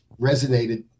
resonated